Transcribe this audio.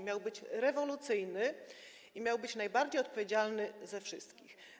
Miał być rewolucyjny i miał być najbardziej odpowiedzialny ze wszystkich.